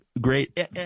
Great